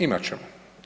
Imat ćemo.